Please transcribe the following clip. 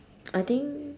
I think